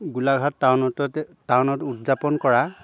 গোলাঘাট টাউনত টাউনত উদযাপন কৰা